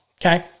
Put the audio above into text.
Okay